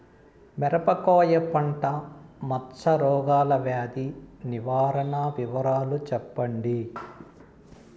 మిరపకాయ పంట మచ్చ రోగాల వ్యాధి నివారణ వివరాలు చెప్పండి?